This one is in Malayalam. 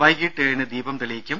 വൈകീട്ട് ഏഴിന് ദീപം തെളിയിക്കും